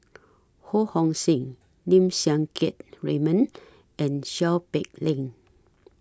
Ho Hong Sing Lim Siang Keat Raymond and Seow Peck Leng